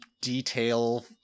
detail